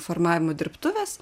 formavimo dirbtuvės